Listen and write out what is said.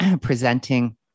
presenting